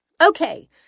Okay